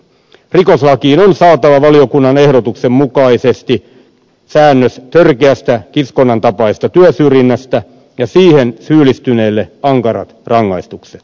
rikoslakiin on saatava valiokunnan ehdotuksen mukaisesti säännös törkeästä kiskonnan tapaisesta työsyrjinnästä ja työsyrjintään syyllistyneille ankarat rangaistukset